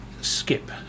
skip